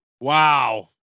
Wow